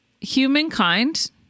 Humankind